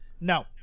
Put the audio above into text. No